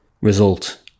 result